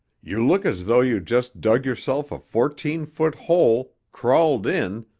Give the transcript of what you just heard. you look as though you just dug yourself a fourteen-foot hole, crawled in,